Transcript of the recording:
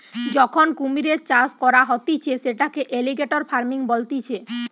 যখন কুমিরের চাষ করা হতিছে সেটাকে এলিগেটের ফার্মিং বলতিছে